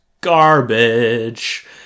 garbage